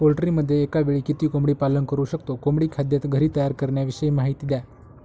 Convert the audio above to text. पोल्ट्रीमध्ये एकावेळी किती कोंबडी पालन करु शकतो? कोंबडी खाद्य घरी तयार करण्याविषयी माहिती द्या